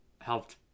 helped